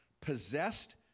Possessed